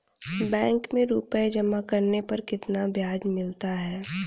Bank में रुपये जमा करने पर कितना ब्याज मिलता है?